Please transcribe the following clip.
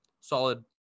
solid